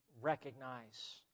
recognize